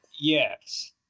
yes